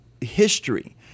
history